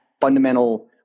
fundamental